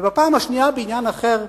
ובפעם השנייה, בעניין אחר,